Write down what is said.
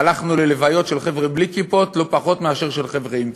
הלכנו ללוויות של חבר'ה בלי כיפות לא פחות מאשר של חבר'ה עם כיפות,